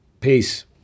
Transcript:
Peace